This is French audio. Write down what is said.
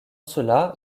cela